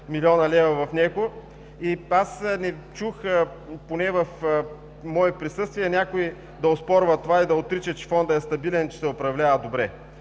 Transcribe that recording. милиона в него. Не чух поне в мое присъствие някой да оспорва и да отрича, че Фондът е стабилен, че се управлява добре.